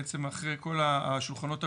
בעצם אחרי כל השולחנות העגולים,